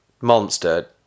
Monster